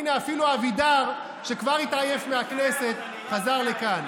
הינה, אפילו אבידר, שכבר התעייף מהכנסת, חזר לכאן.